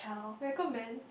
recommend